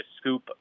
scoop